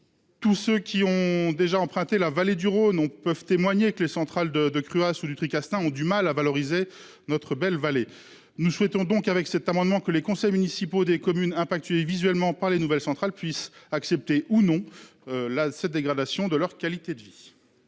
Ceux qui ont déjà emprunté la vallée du Rhône peuvent témoigner que les centrales de Cruas ou du Tricastin ne valorisent pas cette belle vallée. Nous souhaitons donc, avec cet amendement, que les conseils municipaux des communes visuellement touchées par les nouvelles centrales puissent accepter ou non cette dégradation de leur qualité de vie.